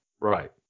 Right